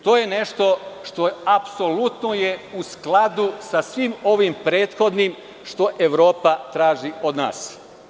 To je nešto što je apsolutno u skladu sa svim ovim prethodnim što Evropa traži od nas.